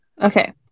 Okay